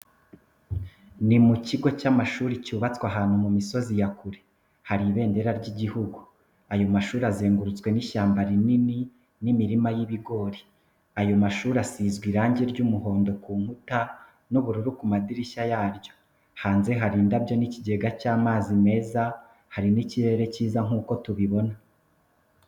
Ni mukigo cy'amashuri cyubatswe ahantu mu misozi yakure hari ibendera ry'igihugu ayo mashuri azengurutswe n'ishyamba rinini n'imirima y'ibigori ayo mashuri asizwe irange ry'umuhondo ku nkuta n'ubururu kumadirishya yaryo hanze hari indabyo n'ikigenga cy'amazi meza hari n'ikirere kiza nkuko tubibona.